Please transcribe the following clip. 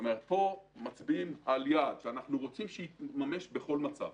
פה מצביעים על יעד שאנחנו רוצים שיתממש בכל מצב.